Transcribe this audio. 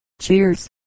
Cheers